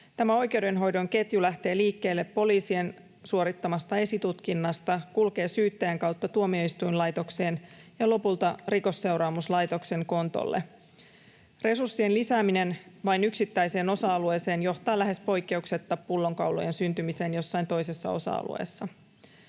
Tämä oikeudenhoidon ketju lähtee liikkeelle poliisien suorittamasta esitutkinnasta, kulkee syyttäjän kautta tuomioistuinlaitokseen ja lopulta Rikosseuraamuslaitoksen kontolle. Resurssien lisääminen vain yksittäiseen osa-alueeseen johtaa lähes poikkeuksetta pullonkaulojen syntymiseen jossain toisessa osa-alueessa.